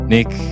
Nick